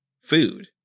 food